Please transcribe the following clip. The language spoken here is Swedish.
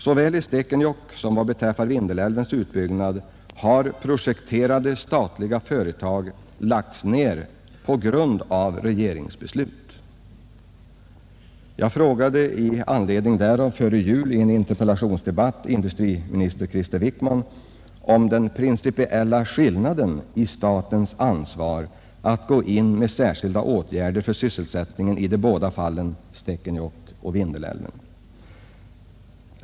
Såväl i Stekenjokk som i Vindelälven har projekterade statliga företag lagts ner på grund av regeringsbeslut. Jag frågade i anledning därav industriminister Krister Wickman under en interpellationsdebatt före jul vilken den principiella skillnaden i statens ansvar var mellan att vidta särskilda åtgärder för sysselsättningen i Stekenjokk och i Vindelälven.